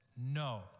no